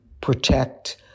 protect